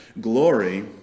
glory